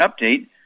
update